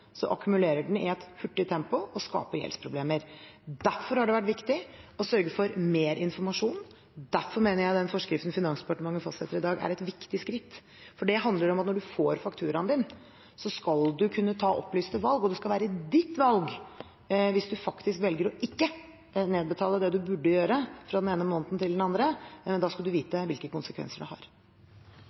akkumulerer den i et hurtig tempo og skaper gjeldsproblemer. Derfor har det vært viktig å sørge for mer informasjon. Derfor mener jeg den forskriften Finansdepartementet fastsetter i dag, er et viktig skritt, for det handler om at når man får fakturaen sin, skal man kunne ta opplyste valg, og det skal være eget valg hvis man faktisk velger ikke å nedbetale det man burde gjøre fra den ene måneden til den andre, men da skal man vite hvilke konsekvenser det har.